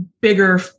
bigger